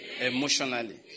emotionally